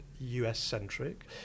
US-centric